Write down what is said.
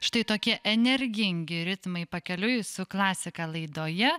štai tokie energingi ritmai pakeliui su klasika laidoje